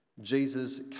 Jesus